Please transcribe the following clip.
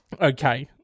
okay